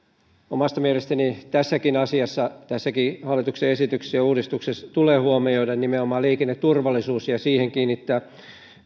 omasta mielestäni tässäkin asiassa tässäkin hallituksen esityksessä ja uudistuksessa tulee huomioida nimenomaan liikenneturvallisuus ja ja siihen kiinnittää